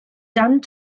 dan